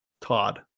Todd